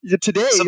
Today